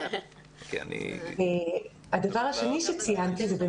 הדבר השני שציינתי,